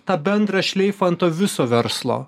tą bendrą šleifą ant to viso verslo